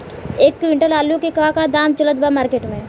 एक क्विंटल आलू के का दाम चलत बा मार्केट मे?